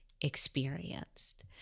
experienced